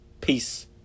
Peace